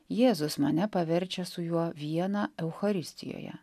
jėzus mane paverčia su juo viena eucharistijoje